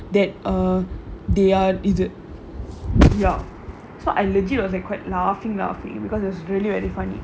that err they are is it yup so I legit was a quiet laughing laughing because australia where they find it